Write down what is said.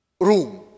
room